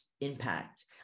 impact